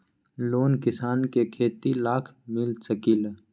Loan किसान के खेती लाख मिल सकील?